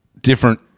different